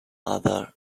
other